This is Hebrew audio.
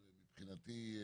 מבחינתי,